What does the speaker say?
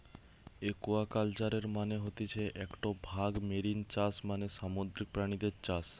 একুয়াকালচারের মানে হতিছে একটো ভাগ মেরিন চাষ মানে সামুদ্রিক প্রাণীদের চাষ